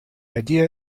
idea